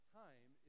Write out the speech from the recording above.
time